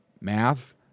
math